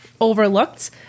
overlooked